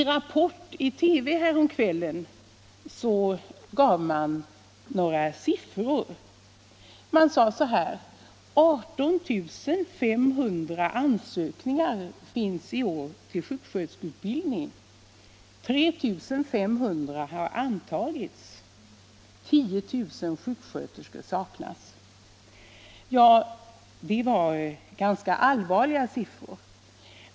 I Rapport i TV häromkvällen gav man några siffror. Man sade att det i år har inkommit 18 500 ansökningar till sjuksköterskeutbildning, 3 500 sökande har antagits, 10 000 sjuksköterskor saknas. Det var ganska allvarliga siffror.